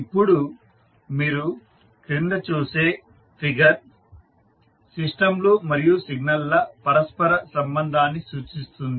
ఇప్పుడు మీరు క్రింద చూసే ఫిగర్ సిస్టంలు మరియు సిగ్నల్ ల పరస్పర సంబంధాన్ని సూచిస్తుంది